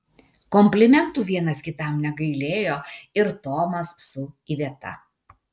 komplimentų vienas kitam negailėjo ir tomas su iveta